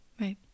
right